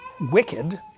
wicked